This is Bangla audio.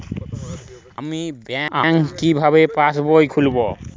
আমি ব্যাঙ্ক কিভাবে পাশবই খুলব?